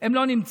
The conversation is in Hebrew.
הם לא נמצאים.